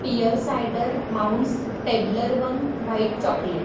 pear cider mounds Toblerone white chocolate